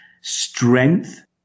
strength